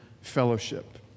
fellowship